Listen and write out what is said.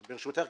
ברשותך,